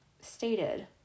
stated